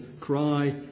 cry